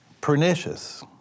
pernicious